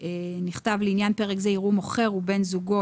נכתב "לעניין פרק זה יראו מוכר ובן זוגו,